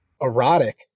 erotic